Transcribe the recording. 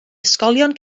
ysgolion